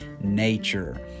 nature